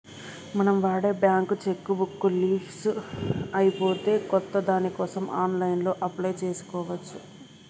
మనం వాడే bank cheque book leafs అయిపోతే కొత్త దానికోసం ఆన్లైన్లో అప్లై చేసుకోవచ్చు